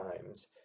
times